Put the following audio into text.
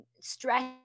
stress